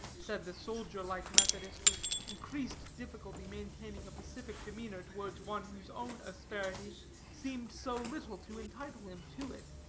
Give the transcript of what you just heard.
said the soldierlike methodist, with increased difficulty maintaining a pacific demeanor towards one whose own asperity seemed so little to entitle him to it